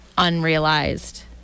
unrealized